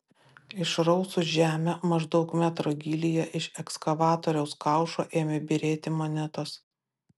išrausus žemę maždaug metro gylyje iš ekskavatoriaus kaušo ėmė byrėti monetos